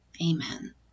Amen